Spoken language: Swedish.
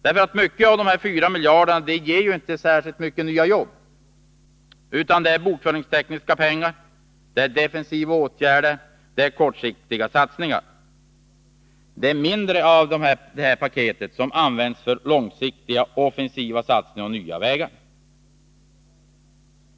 En stor del av dessa 4 miljarder ger inte särskilt många nya jobb, utan det rör sig om bokföringstekniska pengar, defensiva åtgärder och kortsiktiga satsningar. Det är en mindre andel av detta paket som används för långsiktiga och offensiva satsningar på att finna nya vägar.